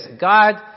God